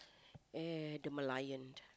eh the Merlion